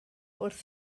wrth